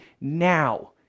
now